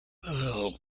earl